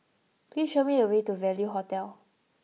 please show me the way to Value Hotel